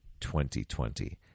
2020